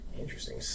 Interesting